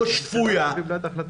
שפויה -- הממשלה קיבלה את ההחלטה,